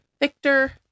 Victor